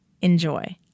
Enjoy